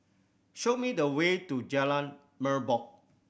show me the way to Jalan Merbok